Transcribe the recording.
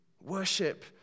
Worship